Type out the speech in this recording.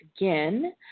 again